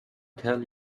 tell